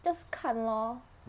just 看 lor